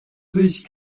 sich